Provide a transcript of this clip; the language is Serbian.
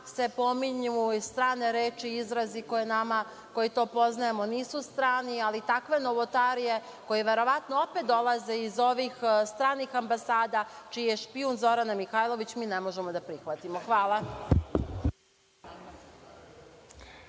se pominju strane reči i izrazi, koje nama koji to poznajemo nisu strani, ali takve novotarije, koje verovatno opet dolaze iz ovih stranih ambasada, čiji je špijun Zorana Mihajlović, mi ne možemo da prihvatimo. Hvala.